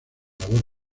labor